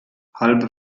halbe